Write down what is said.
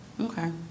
Okay